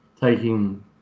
taking –